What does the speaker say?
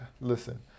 listen